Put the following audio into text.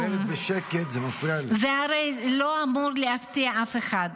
זה הרי לא אמור להפתיע אף אחד.